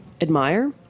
admire